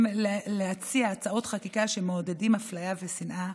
להציע הצעות חקיקה שמעודדות אפליה ושנאה,